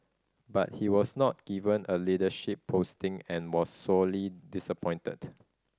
but he was not given a leadership posting and was sorely disappointed